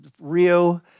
Rio